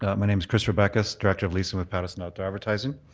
ah my name's chris rebekas, director of leasing with pattison outdoor advertising.